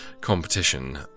competition